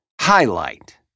highlight